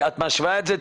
--- קטי, את משווה את זה?